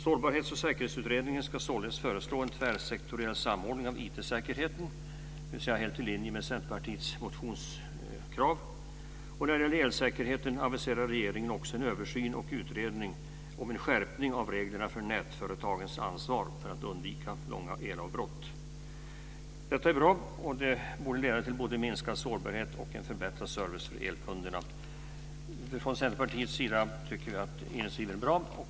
Sårbarhets och säkerhetsutredningen ska således föreslå en tvärsektoriell samordning av IT säkerheten, vilket är helt i linje med Centerpartiets motionskrav. När det gäller elsäkerheten aviserar regeringen en översyn och utredning av en skärpning av reglerna för nätföretagens ansvar för att undvika långa elavbrott. Detta är bra. Det borde leda till både minskad sårbarhet och en förbättrad service för elkunderna. Vi från Centerpartiet tycker att översynen är bra.